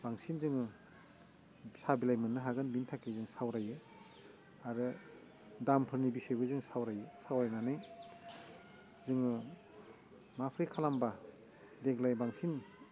बांसिन जोङो सा बिलाइ मोननो हागोन बेनि थाखाय जों सावरायो आरो दामफोरनि बिसयबो जों सावरायो सावरायनानै जोङो माबोरै खालामबा देग्लाय बांसिन